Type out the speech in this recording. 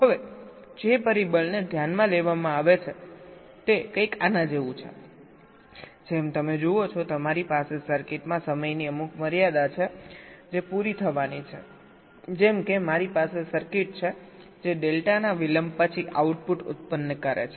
હવે જે પરિબળને ધ્યાનમાં લેવામાં આવે છે તે કંઈક આના જેવું છે જેમ તમે જુઓ છો તમારી પાસે સર્કિટમાં સમયની અમુક મર્યાદા છે જે પૂરી થવાની છેજેમ કે મારી પાસે સર્કિટ છે જે ડેલ્ટાના વિલંબ પછી આઉટપુટ ઉત્પન્ન કરે છે